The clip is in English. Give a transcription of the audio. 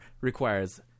requires